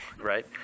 right